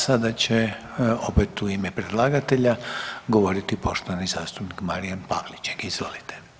Sada će opet u ime predlagatelja govoriti poštovani zastupnik Marijan Pavliček, izvolite.